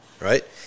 right